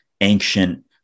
ancient